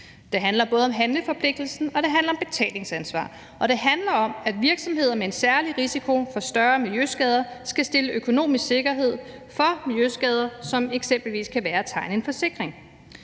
Det handler både om handleforpligtelsen, og det handler om betalingsansvar. Det handler også om, at de virksomheder, der udgør en særlig risiko for, at der sker større miljøskader, skal stille økonomisk sikkerhed for miljøskader, som eksempelvis kan være at tegne en forsikring.